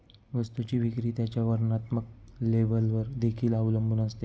वस्तूची विक्री त्याच्या वर्णात्मक लेबलवर देखील अवलंबून असते